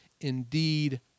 indeed